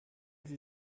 sie